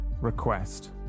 request